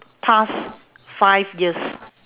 past five years